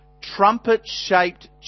trumpet-shaped